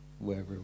wherever